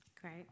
Great